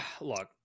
look